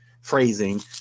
phrasing